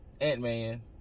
Ant-Man